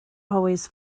always